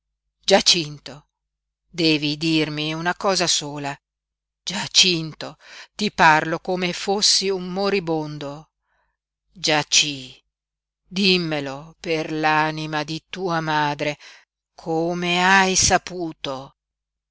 giacinto devi dirmi una cosa sola giacinto ti parlo come fossi un moribondo giací dimmelo per l'anima di tua madre come hai saputo